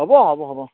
হ'ব হ'ব হ'ব